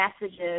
messages